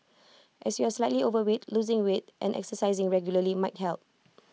as you are slightly overweight losing weight and exercising regularly might help